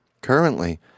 Currently